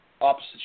opposite